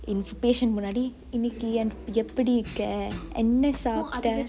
patient முன்னாடி இன்னிக்கு இப்டி இருக்க என்ன சாப்ட:munnadi inniki epdi irukke enne saapte